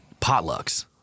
Potlucks